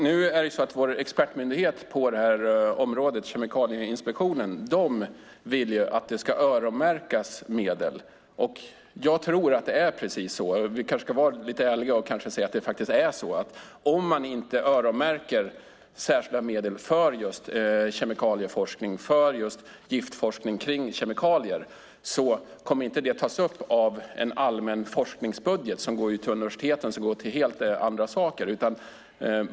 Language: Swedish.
Herr talman! Vår expertmyndighet på det här området, Kemikalieinspektionen, vill ju att det ska öronmärkas medel. Jag tror att det är precis så. Vi kanske ska vara lite ärliga och säga att det faktiskt är så att om man inte öronmärker särskilda medel för just kemikalieforskning och giftforskning när det gäller kemikalier kommer inte det att tas upp i en allmän forskningsbudget som går till universitetet och helt andra saker.